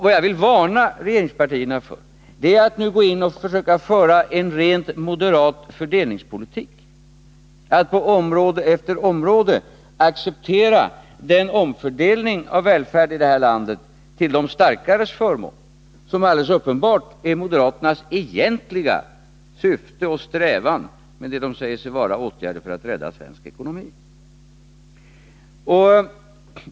Vad jag vill varna regeringspartierna för är att nu gå in och försöka föra en rent moderat fördelningspolitik, att på område efter område acceptera den omfördelning av välfärden i det här landet till de starkares förmån som alldeles uppenbart är moderaternas egentliga syfte och som är deras strävan med det som sägs vara åtgärder för att rädda svensk ekonomi.